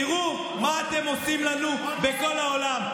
תראו מה אתם עושים לנו בכל העולם.